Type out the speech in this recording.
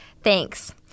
Thanks